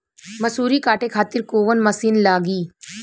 मसूरी काटे खातिर कोवन मसिन लागी?